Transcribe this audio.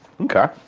Okay